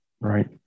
right